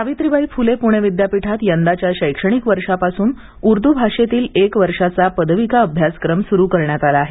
सावित्रीबाई फुले पुणे विद्यापीठात यंदाच्या शैक्षणिक वर्षापासून उर्दू भाषेतील एक वर्षाचा पदविका अभ्यासक्रम सुरू करण्यात आला आहे